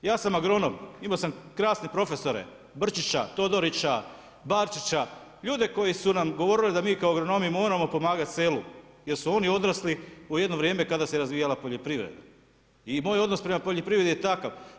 Ja sam agronom, imao sam krasne profesore Brčića, Todorića, Barčića, ljude koji su nam govorili da mi kao agronomi moramo pomagati selu jer su oni odrasli u jedno vrijeme kada se razvijala poljoprivreda i moj odnos prema poljoprivredi je takav.